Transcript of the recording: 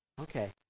Okay